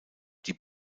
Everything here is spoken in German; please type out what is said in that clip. die